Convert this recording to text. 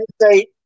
say